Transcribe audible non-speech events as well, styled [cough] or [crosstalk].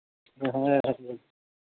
[unintelligible]